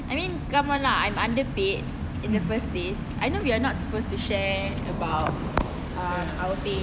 I mean come on lah I'm underpaid in the first place I know we're not supposed to share about uh our pay